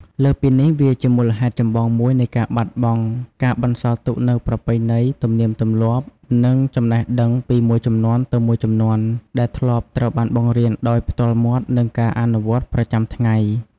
លើសពីនេះ វាជាមូលហេតុចម្បងមួយនៃការបាត់បង់ការបន្សល់ទុកនូវប្រពៃណី ទំនៀមទម្លាប់ និងចំណេះដឹងពីមួយជំនាន់ទៅមួយជំនាន់ ដែលធ្លាប់ត្រូវបានបង្រៀនដោយផ្ទាល់មាត់ និងការអនុវត្តប្រចាំថ្ងៃ។